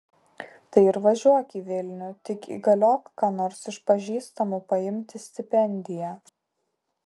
tai ir važiuok į vilnių tik įgaliok ką nors iš pažįstamų paimti stipendiją